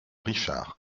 richard